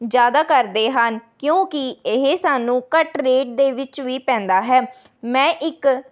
ਜ਼ਿਆਦਾ ਕਰਦੇ ਹਨ ਕਿਉਂਕਿ ਇਹ ਸਾਨੂੰ ਘੱਟ ਰੇਟ ਦੇ ਵਿੱਚ ਵੀ ਪੈਂਦਾ ਹੈ ਮੈਂ ਇੱਕ